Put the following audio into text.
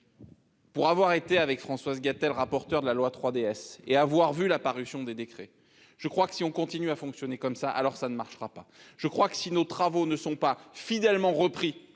Pour avoir été, avec Françoise Gatel, rapporteur de la loi 3DS et avoir vu la parution des décrets. Je crois que si on continue à fonctionner comme ça. Alors ça ne marchera pas. Je crois que si nos travaux ne sont pas fidèlement repris